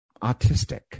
autistic